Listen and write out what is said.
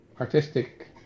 artistic